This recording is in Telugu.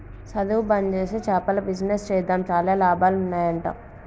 సధువు బంజేసి చేపల బిజినెస్ చేద్దాం చాలా లాభాలు ఉన్నాయ్ అంట